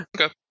Okay